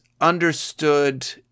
understood